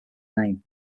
name